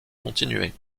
continuer